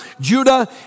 Judah